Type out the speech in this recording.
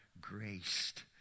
graced